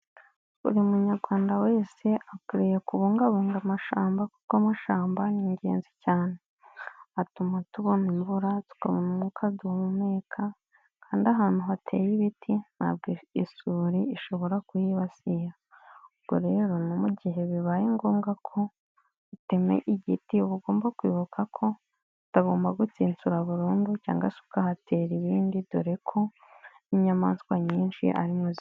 Buri munyarwanda wese akwiye kubungabunga amashamba kuko amushamba ni ingenzi cyane, atuma tubona imvura, tukabona umwuka duhumeka kandi ahantu hateye ibiti, ntabwo isuri ishobora kuhibasira, ubwo rero no mu gihe bibaye ngombwa ko utema igiti, uba ugomba kwibuka ko utagomba gutsinsura burundu cyangwa se ukahatera ibindi, dore ko n'inyamaswa nyinshi ari mwo ziba.